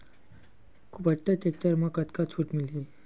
कुबटा टेक्टर म कतका छूट मिलही?